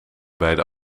beide